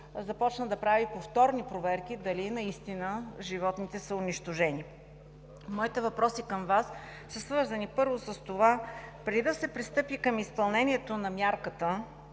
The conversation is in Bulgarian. започна да прави повторни проверки дали наистина животните са унищожени. Моите въпроси към Вас са свързани първо с това – преди да се пристъпи към изпълнението на мярката,